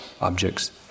objects